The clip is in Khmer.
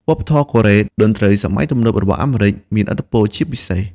វប្បធម៌កូរ៉េ តន្ត្រីសម័យទំនើបរបស់អាមេរិក មានឥទ្ធិពលជាពិសេស។